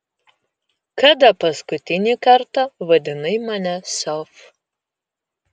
kada paskutinį kartą vadinai mane sof